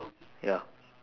ya